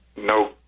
no